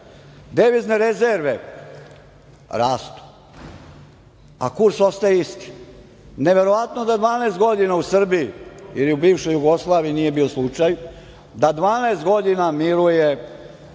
Devizne rezerve rastu, a kurs ostaje isti. Neverovatno da 12 godina u Srbiji ili bivšoj Jugoslaviji, nije bio slučaj, miruje kurs